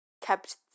kept